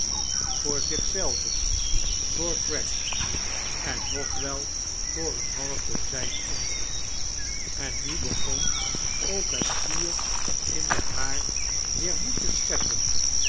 zoor zich zelwen voor craggs en nog wel voor een half dozijn anderen en nu begon ook het vuur in den haard weer moed te sicheppen